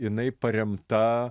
jinai paremta